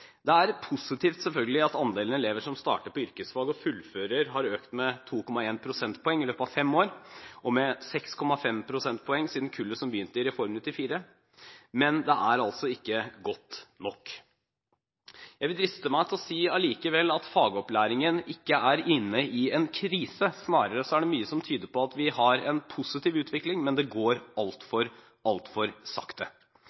Det er selvfølgelig positivt at andelen elever som starter på yrkesfag og fullfører, har økt med 2,1 prosentpoeng i løpet av fem år og med 6,5 prosentpoeng siden kullet som begynte med Reform 94, men det er altså ikke godt nok. Jeg vil allikevel driste meg til å si at fagopplæringen ikke er inne i en krise. Snarere er det mye som tyder på at vi har en positiv utvikling, men det går altfor, altfor sakte.